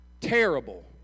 terrible